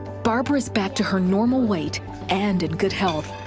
barbara is back to her normal weight and in good health,